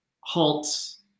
halts